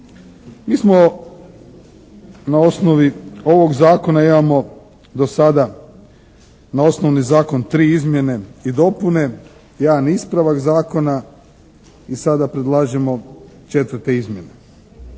Mi smo, na osnovi ovog zakona imamo do sada na osnovni zakon tri izmjene i dopune, jedan ispravak zakona i sada predlažemo četvrte izmjene.